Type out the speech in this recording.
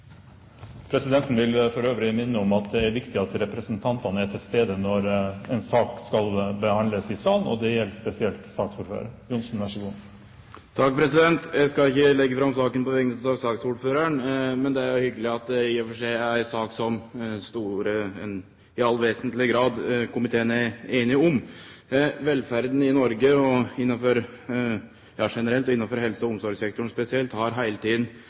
Presidenten vil for øvrig minne om at det er viktig at representantene er til stede når en sak skal behandles i salen, og det gjelder spesielt saksordføreren. Eg skal ikkje leggje fram saka på vegner av saksordføraren, men det er i og for seg hyggeleg at dette er ei sak som komiteen i all vesentleg grad er einig om. Velferda i Noreg generelt og innanfor helse- og omsorgssektoren spesielt har heile tida